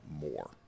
more